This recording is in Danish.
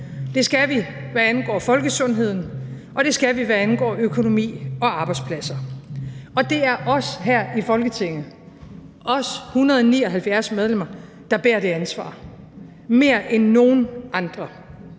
Det skal vi, hvad angår folkesundheden, og det skal vi, hvad angår økonomi og arbejdspladser. Og det er os her i Folketinget, os 179 medlemmer, der bærer det ansvar mere end nogen andre.